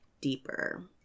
deeper